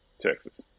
Texas